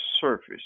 surface